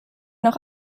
noch